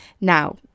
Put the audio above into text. Now